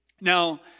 Now